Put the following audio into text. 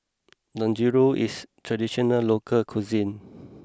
Dangojiru is a traditional local cuisine